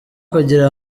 kugira